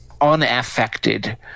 unaffected